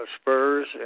spurs